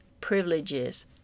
privileges